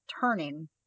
turning